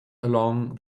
along